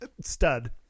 stud